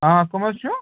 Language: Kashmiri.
آ کٕم حظ چھُو